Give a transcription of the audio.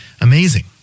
Amazing